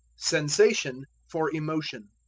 sensation for emotion.